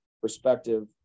perspective